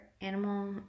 animal